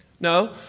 No